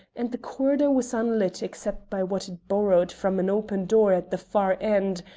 and the corridor was unlit except by what it borrowed from an open door at the far end,